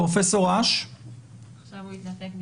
אדוני היושב-ראש, אנחנו בהפסקה